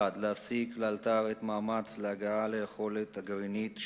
1. להפסיק לאלתר את המאמץ להגעה ליכולת הגרעינית,